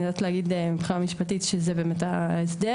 אני יודעת להגיד מבחינה משפטית שזה באמת ההסדר.